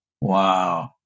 Wow